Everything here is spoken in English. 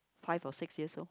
five or six years old